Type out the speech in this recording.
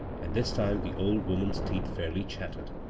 and this time the old vmnan's teeth fairly diattered.